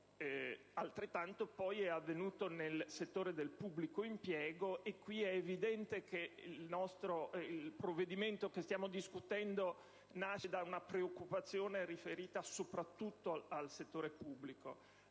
Altrettanto, poi, è avvenuto per il settore del pubblico impiego; e qui è evidente che il provvedimento in discussione nasce da una preoccupazione riferita soprattutto all'esigenza di